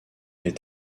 est